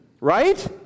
Right